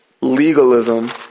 legalism